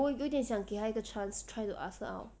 我有点想给她一个 chance try to ask her out